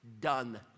done